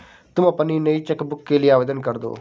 तुम अपनी नई चेक बुक के लिए आवेदन करदो